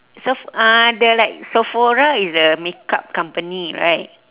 seph~ uh the like sephora is the makeup company right